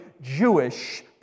Jewish